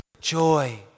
joy